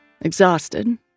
exhausted